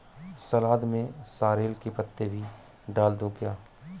सलाद में सॉरेल के पत्ते भी डाल दूं क्या?